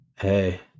hey